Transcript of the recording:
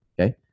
okay